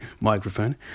microphone